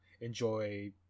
enjoy